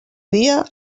dia